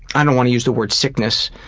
i don't wanna use the word sickness